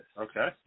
Okay